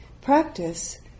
practice